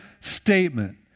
statement